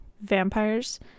vampires